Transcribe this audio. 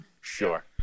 Sure